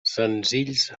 senzills